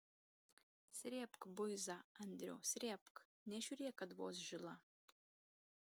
srėbk buizą andriau srėbk nežiūrėk kad vos žila